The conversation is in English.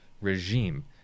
regime